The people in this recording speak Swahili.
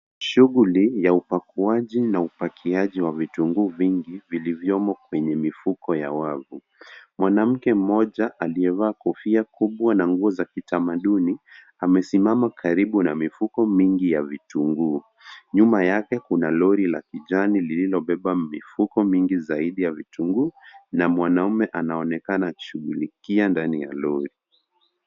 Shughuli ya upakuaji na upakiaji wa vitunguu vingi, vilivyomo kwenye mifuko ya wavu. Mwanamke mmoja aliyevaa kofia kubwa na nguo za kitamaduni, amesimama karibu na mifuko mingi ya vitunguu. Nyuma yake kuna lori la kijani lililobeba mifuko mingi zaidi ya vitunguu, na mwanaume anaonekana akishughulikia ndani ya lori.